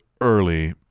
early